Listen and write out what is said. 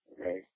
okay